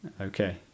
Okay